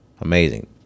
Amazing